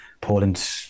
Poland